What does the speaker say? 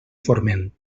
forment